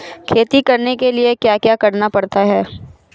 खेती करने के लिए क्या क्या करना पड़ता है?